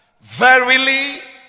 Verily